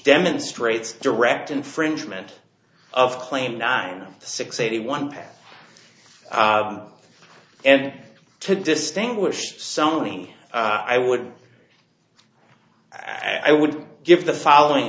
demonstrates direct infringement of claim nine six eighty one path and to distinguish something i would i would give the following